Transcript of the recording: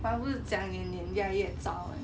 mah 不是讲你的脸越来越糟